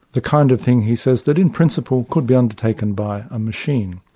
the kind of thing, he says, that in principle could be undertaken by a machine.